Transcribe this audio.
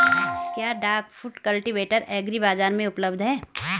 क्या duck foot cultivator agri बाज़ार में उपलब्ध है?